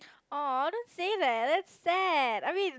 oh I don't see that that's sad I mean